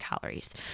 calories